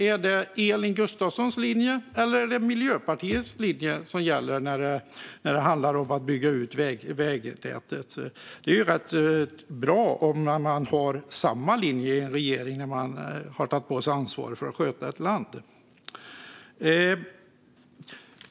Är det Elin Gustafssons linje, eller är det Miljöpartiets linje som gäller när det handlar om att bygga ut vägnätet? Det är rätt bra om man har samma linje i en regering när man har tagit på sig ansvaret att sköta ett land.